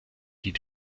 die